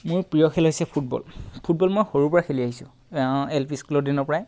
মোৰ প্ৰিয় খেল হৈছে ফুটবল ফুটবল মই সৰুৰ পৰাই খেলি আহিছো এল পি স্কুলৰ দিনৰ পৰাই